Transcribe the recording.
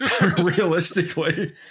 realistically